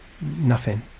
Nothing